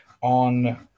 on